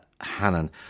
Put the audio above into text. Hannon